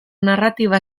narratiba